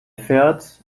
fährt